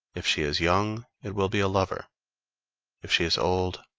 if she is young, it will be a lover if she is old,